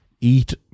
Eat